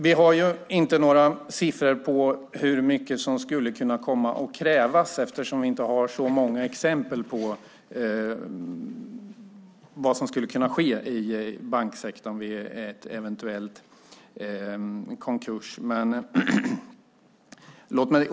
Vi har inte några siffror på hur mycket som skulle kunna komma att krävas eftersom vi inte har så många exempel på vad som skulle kunna ske i banksektorn vid en eventuell konkurs.